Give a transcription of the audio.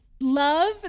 love